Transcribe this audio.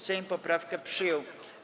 Sejm poprawkę przyjął.